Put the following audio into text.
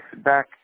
back